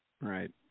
right